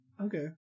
Okay